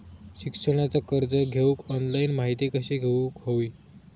शिक्षणाचा कर्ज घेऊक ऑनलाइन माहिती कशी घेऊक हवी?